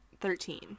Thirteen